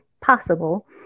possible